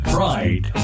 Pride